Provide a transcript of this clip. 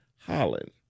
holland